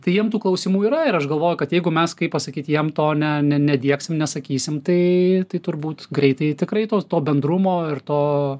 tai jiem tų klausimų yra ir aš galvoju kad jeigu mes kaip pasakyt jiem to ne ne nediegsim nesakysim tai tai turbūt greitai tikrai to to bendrumo ir to